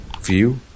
view